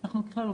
ככלל,